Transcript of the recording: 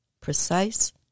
precise